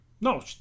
No